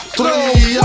Three